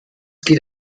geht